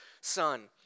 son